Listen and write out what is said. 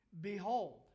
behold